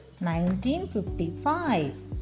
1955